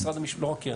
לא רק קרן,